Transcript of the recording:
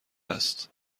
است